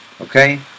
Okay